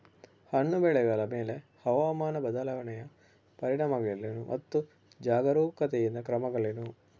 ಹಣ್ಣು ಬೆಳೆಗಳ ಮೇಲೆ ಹವಾಮಾನ ಬದಲಾವಣೆಯ ಪರಿಣಾಮಗಳೇನು ಮತ್ತು ಜಾಗರೂಕತೆಯಿಂದ ಕ್ರಮಗಳೇನು?